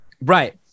Right